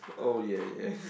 oh ya ya